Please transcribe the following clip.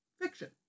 fiction